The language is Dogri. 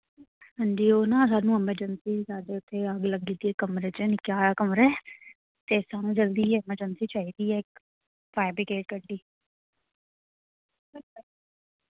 हां जी ओ ना स्हानू एमर्जेन्सी ही साढ़े इत्थै अग्ग लग्गी दी कमरे च निक्के हारे कमरै ते स्हानू जल्दी गै एमर्जेन्सी चाहिदी ऐ इक फायर ब्रिगेड गड्डी